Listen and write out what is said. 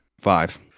Five